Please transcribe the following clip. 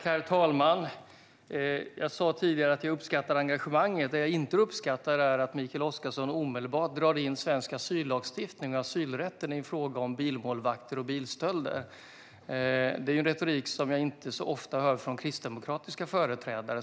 Herr talman! Jag sa tidigare att jag uppskattar engagemanget. Vad jag inte uppskattar är att Mikael Oscarsson omedelbart drar in svensk asyllagstiftning och asylrätten i en fråga om bilmålvakter och bilstölder. Det är en retorik som jag inte så ofta hör från kristdemokratiska företrädare.